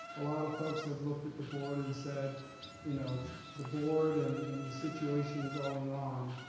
a lot of folks have looked at the board and said you know the board and and the situation going on,